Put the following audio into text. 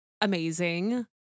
amazing